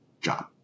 job